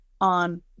on